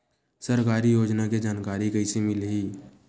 सरकारी योजना के जानकारी कइसे मिलही?